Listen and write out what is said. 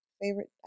Favorite